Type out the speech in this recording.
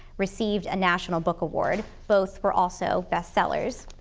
received a national book award. both were also best sellers.